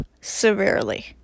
severely